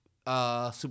Super